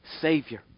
Savior